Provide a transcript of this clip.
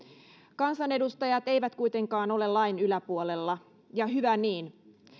kansanedustajat eivät kuitenkaan ole lain yläpuolella ja hyvä niin